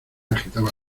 agitaba